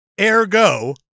ergo